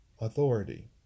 authority